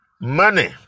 Money